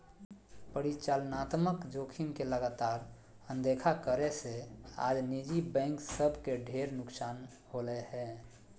परिचालनात्मक जोखिम के लगातार अनदेखा करे से आज निजी बैंक सब के ढेर नुकसान होलय हें